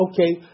okay